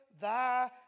thy